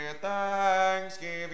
thanksgiving